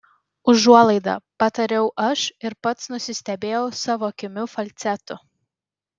užuolaida patariau aš ir pats nusistebėjau savo kimiu falcetu